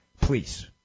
Please